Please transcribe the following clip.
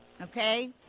Okay